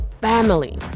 family